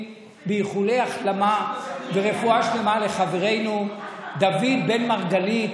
באיחולי החלמה ורפואה שלמה לחברנו דוד בן מרגלית,